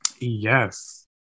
yes